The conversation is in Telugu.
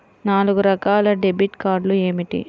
నాలుగు రకాల డెబిట్ కార్డులు ఏమిటి?